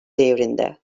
değerinde